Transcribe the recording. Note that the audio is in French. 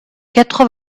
quatre